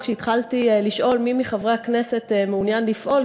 כשהתחלתי לשאול מי מחברי הכנסת מעוניין לפעול,